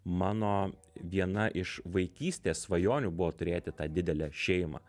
mano viena iš vaikystės svajonių buvo turėti tą didelę šeimą